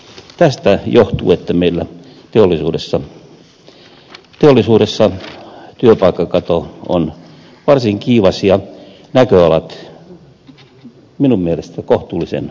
tästä johtuu että meillä teollisuudessa työpaikkakato on varsin kiivas ja näköalat minun mielestäni kohtuullisen heikot